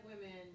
women